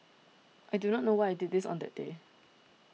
I do not know why I did this on that day